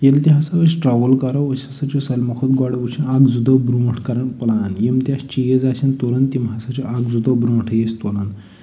ییٚلہِ تہِ ہسا أسۍ ٹرٛیؤل کَرو أسۍ ہسا چھِ سٲلمَو کھۄتہٕ گۄڈٕ وٕچھان اکھ زٕ دۄہ برٛونٛٹھ کران پٕلان یِم تہِ اَسہِ چیٖز آسَن تُلٕنۍ تِم ہسا چھُ اکھ زٕ دۄہ برٛونٹھٕے أسۍ تُلان